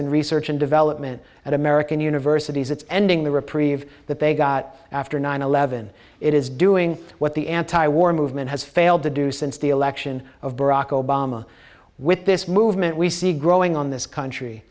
and research and development at american universities it's ending the reprieve that they got after nine eleven it is doing what the anti war movement has failed to do since the election of barack obama with this movement we see growing on this country